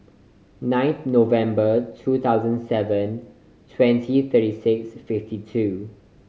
ninth November two thousand seven twenty thirty six fifty two